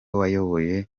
wayoboye